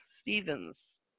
Stevens